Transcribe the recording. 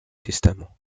testament